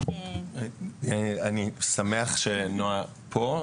אני שמח שנועה פה.